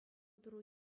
тӑру